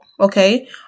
okay